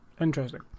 interesting